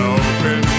open